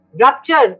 rupture